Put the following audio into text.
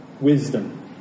wisdom